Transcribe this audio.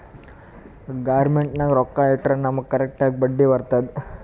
government ನಾಗ್ ರೊಕ್ಕಾ ಇಟ್ಟುರ್ ನಮುಗ್ ಕರೆಕ್ಟ್ ಆಗಿ ಬಡ್ಡಿ ಬರ್ತುದ್